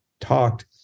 talked